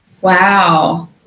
Wow